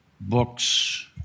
books